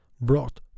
brought